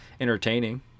entertaining